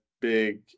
big